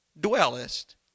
dwellest